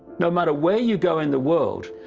no matter where you go in the world,